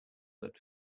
that